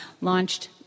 launched